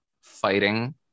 fighting